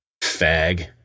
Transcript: Fag